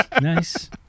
nice